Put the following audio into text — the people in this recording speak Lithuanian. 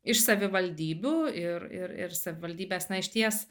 iš savivaldybių ir ir ir savivaldybės na išties